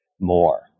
more